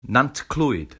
nantclwyd